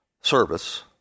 service